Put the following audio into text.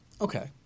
Okay